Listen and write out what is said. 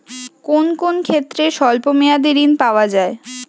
কোন কোন ক্ষেত্রে স্বল্প মেয়াদি ঋণ পাওয়া যায়?